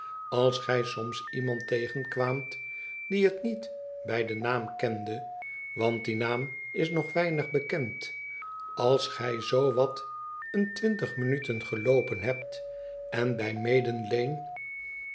als gij soms iemand tegenkwaamt die het niet bij den naam kende want die naam is nog weinig bekend als gij zoo wat een twintig minuten geloopen hebt en bij